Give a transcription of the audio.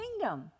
kingdom